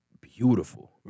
Beautiful